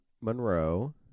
monroe